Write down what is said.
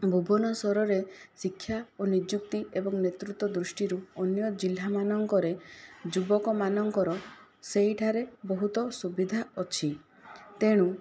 ଭୁବନେଶ୍ୱରରେ ଶିକ୍ଷା ଓ ନିଯୁକ୍ତି ଏବଂ ନେତୃତ୍ଵ ଦୁଷ୍ଟିରୁ ଅନ୍ୟ ଜିଲ୍ଲାମାନଙ୍କରେ ଯୁବକମାନଙ୍କର ସେହିଠାରେ ବହୁତ ସୁବିଧା ଅଛି ତେଣୁ